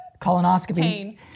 Colonoscopy